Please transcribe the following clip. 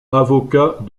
avocat